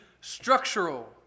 structural